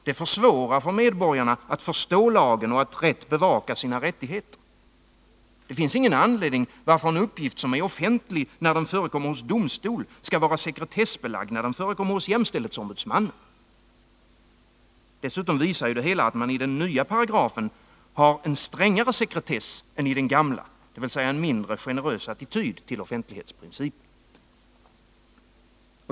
Det försvårar för medborgarna att förstå lagen och att rätt bevaka sina rättigheter. Det finns ingen anledning till att en uppgift som är offentlig när den förekommer hos domstol skall vara sekretessbelagd när den förekommer hos jämställdhetsombudsmannen. Dessutom visar det hela att man i den nya paragrafen har en strängare sekretess än i den gamla, dvs. en mindre generös attityd till offentlighetsprincipen.